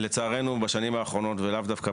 לצערנו, בשנים האחרונות ולאו דווקא